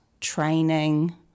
training